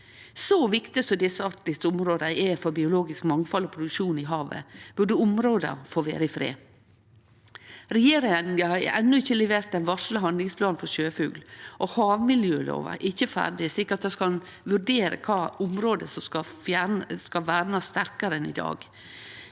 Så viktige som desse arktiske områda er for biologisk mangfald og produksjon i havet, burde områda få vere i fred. Regjeringa har enno ikkje levert ein varsla handlingsplan for sjøfugl, og havmiljølova er ikkje ferdig slik at vi kan vurdere kva område som skal vernast sterkare enn i dag.